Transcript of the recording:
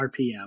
RPM